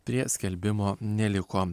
prie skelbimo neliko